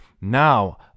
now